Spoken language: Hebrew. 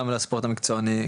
גם לספורט המקצועני,